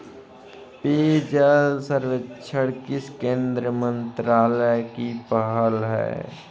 पेयजल सर्वेक्षण किस केंद्रीय मंत्रालय की पहल है?